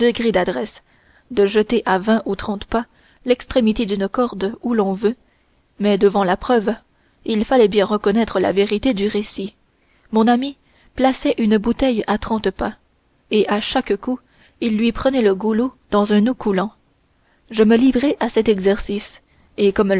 d'adresse de jeter à vingt ou trente pas l'extrémité d'une corde où l'on veut mais devant la preuve il fallait bien reconnaître la vérité du récit mon ami plaçait une bouteille à trente pas et à chaque coup il lui prenait le goulot dans un noeud coulant je me livrai à cet exercice et comme